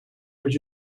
would